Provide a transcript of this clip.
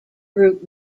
group